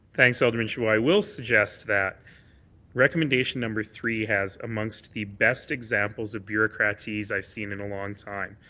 thanks, alderman chabot. i will suggest that recommendation number three has, amongst the best examples of bureaucrat ease i've seen in a long time,